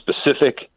specific